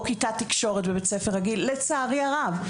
בכיתת תקשורת בבית ספר רגיל לצערי הרב.